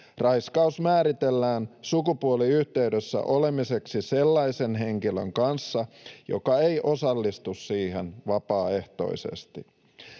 Raiskaus määritellään sukupuoliyhteydessä olemiseksi sellaisen henkilön kanssa, joka ei osallistu siihen vapaaehtoisesti.